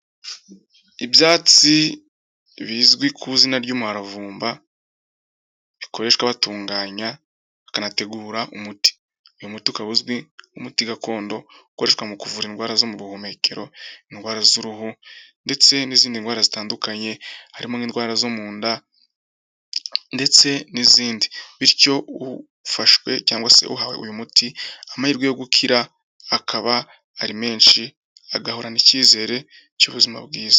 Ibyatsi bizwi ku izina ry'umuharavumba, bikoreshwa batunganya bakanategura umuti, uyu muti ukaba uzwi nk'umuti gakondo ukoreshwa mu kuvura indwara zo mu buhumekero, indwara z'uruhu ndetse n'izindi ndwara zitandukanye harimo, indwara zo mu nda ndetse n'izindi bityo ufashwe cyangwa se uhawe uyu muti amahirwe yo gukira akaba ari menshi agahorana ikizere cy'ubuzima bwiza.